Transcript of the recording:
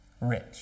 rich